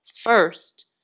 first